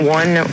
one